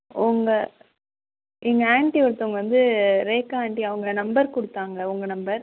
உங்கள் எங்கள் ஆண்ட்டி ஒருத்தவங்கள் வந்து ரேக்கா ஆண்ட்டி அவங்க நம்பர் கொடுத்தாங்க உங்கள் நம்பர்